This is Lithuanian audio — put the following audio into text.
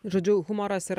žodžiu humoras yra